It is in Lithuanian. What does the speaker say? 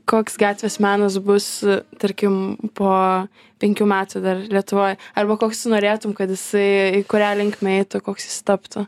koks gatvės menas bus tarkim po penkių metų dar lietuvoj arba koks tu norėtum kad jisai į kurią linkmę eitų koks jis taptų